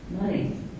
money